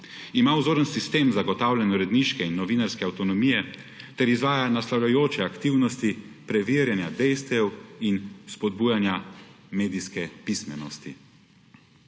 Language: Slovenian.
Ima vzoren sistem zagotavljanja uredniške in novinarske avtonomije ter izvaja naslavljajoče aktivnosti preverjanja dejstev in spodbujanja medijske pismenosti.